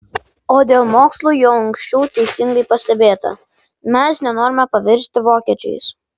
o dėl mokslų jau anksčiau teisingai pastebėta mes nenorime pavirsti vokiečiais